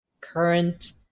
current